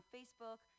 Facebook